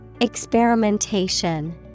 Experimentation